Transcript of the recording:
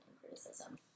Criticism